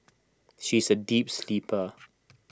she is A deep sleeper